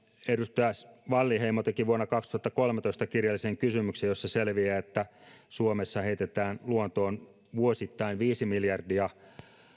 edustaja wallinheimo teki vuonna kaksituhattakolmetoista kirjallisen kysymyksen josta selviää että suomessa heitetään luontoon vuosittain viisi miljardia